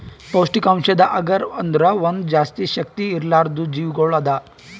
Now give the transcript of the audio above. ಪೌಷ್ಠಿಕಾಂಶದ್ ಅಗರ್ ಅಂದುರ್ ಒಂದ್ ಜಾಸ್ತಿ ಶಕ್ತಿ ಇರ್ಲಾರ್ದು ಜೀವಿಗೊಳ್ ಅದಾ